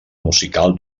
musical